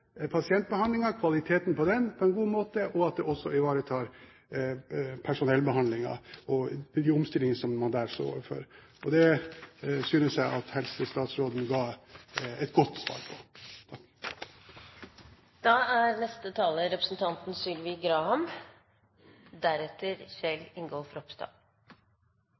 god måte og også personellbehandlingen og de omstillingene man der står overfor. Det synes jeg at helsestatsråden ga et godt svar på.